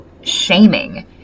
shaming